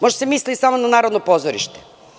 Možda ste mislili samo na Narodno pozorište.